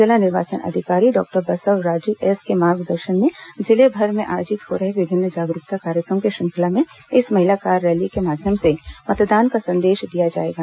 जिला निर्वाचन अधिकारी डॉक्टर बसव राजू एस के मार्गदर्शन में जिले भर में आयोजित हो रहे विभिन्न जागरूकता कार्यक्रम की श्रृंखला में इस महिला कार रैली के माध्यम से मतदान का संदेश दिया जाएगा